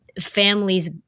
families